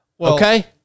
Okay